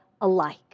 alike